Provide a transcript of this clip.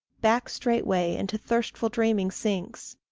back straightway into thirstful dreaming sinks,